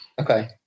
Okay